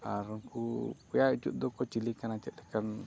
ᱟᱨ ᱩᱱᱠᱩ ᱯᱮᱭᱟ ᱩᱪᱩᱫ ᱫᱚᱠᱚ ᱪᱤᱞᱤ ᱠᱟᱱᱟ ᱪᱮᱫ ᱞᱮᱠᱟᱱ